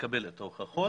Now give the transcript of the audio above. לקבל את ההוכחות,